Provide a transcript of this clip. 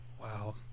Wow